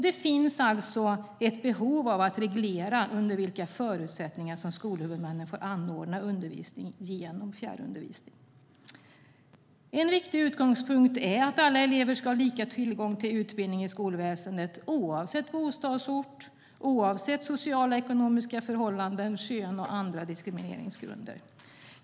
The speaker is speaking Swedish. Det finns alltså ett behov av att reglera under vilka förutsättningar skolhuvudmännen får anordna undervisning genom fjärrundervisning. En viktig utgångspunkt är att alla elever ska ha lika tillgång till utbildning i skolväsendet oavsett boendeort, sociala och ekonomiska förhållanden, kön och övriga diskrimineringsgrunder.